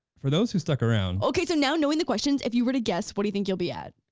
for those who stuck around. okay, so now knowing the questions, if you were to guess what do you think you'll be at,